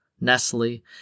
Nestle